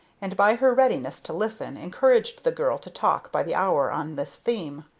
and, by her readiness to listen, encouraged the girl to talk by the hour on this theme.